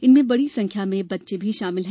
इनमें बड़ी संख्या में बच्चे भी शामिल हैं